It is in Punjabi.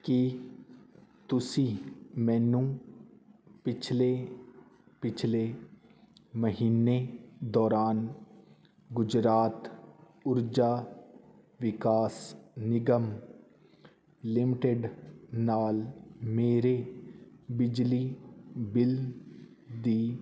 ਕੀ ਤੁਸੀਂ ਮੈਨੂੰ ਪਿਛਲੇ ਪਿਛਲੇ ਮਹੀਨੇ ਦੌਰਾਨ ਗੁਜਰਾਤ ਊਰਜਾ ਵਿਕਾਸ ਨਿਗਮ ਲਿਮਟਿਡ ਨਾਲ ਮੇਰੇ ਬਿਜਲੀ ਬਿੱਲ ਦੀ